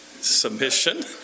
Submission